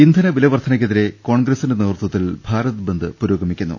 ഇന്ധനവിലവർദ്ധനക്കെതിരെ കോൺഗ്രസിന്റെ നേതൃത്വത്തിൽ ഭാരത്ബന്ദ് പുരോഗമിക്കുന്നു